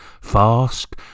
Fast